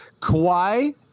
Kawhi